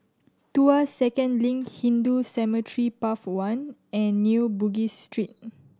Tuas Second Link Hindu Cemetery Path One and New Bugis Street